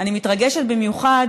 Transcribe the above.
אני מתרגשת במיוחד,